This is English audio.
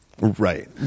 Right